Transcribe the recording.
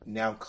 now